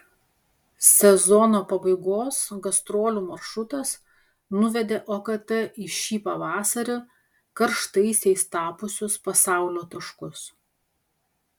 sezono pabaigos gastrolių maršrutas nuvedė okt į šį pavasarį karštaisiais tapusius pasaulio taškus